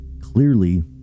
Clearly